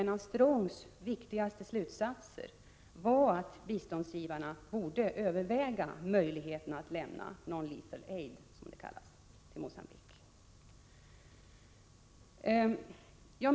En av Strongs viktigaste slutsatser var att biståndsgivarna borde överväga möjligheten att lämna ”non-lethal aid” till Mogambique.